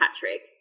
Patrick